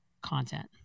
content